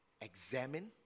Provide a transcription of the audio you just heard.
Examine